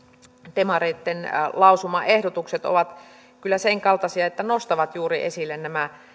demareitten lausumaehdotukset ovat kyllä senkaltaisia että ne nostavat hyvin esille juuri nämä